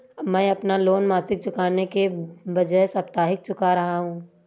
मैं अपना लोन मासिक चुकाने के बजाए साप्ताहिक चुका रहा हूँ